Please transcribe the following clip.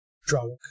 drunk